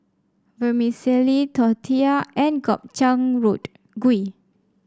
Vermicelli Tortilla and Gobchang Road gui